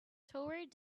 toward